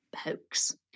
hoax